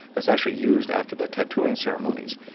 that's actually used after their tattooing ceremonies.